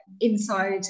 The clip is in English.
inside